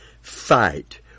fight